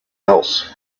else